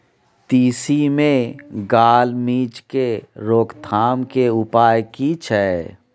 तिसी मे gall midge के रोकथाम के उपाय की छै?